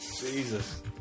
Jesus